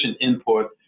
input